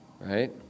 Right